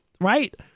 right